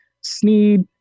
Sneed